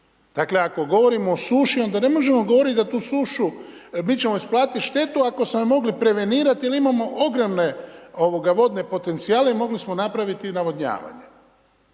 Dakle ako govorimo o suši onda ne možemo govoriti da tu sušu, mi ćemo isplatiti štetu ako smo je mogli prevenirati jer imamo ogromne vodne potencijale i mogli smo napraviti navodnjavanje.